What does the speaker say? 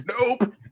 Nope